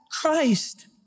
Christ